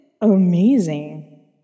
Amazing